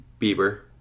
Bieber